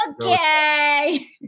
Okay